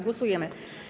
Głosujemy.